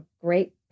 great